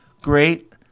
Great